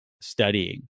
studying